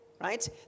right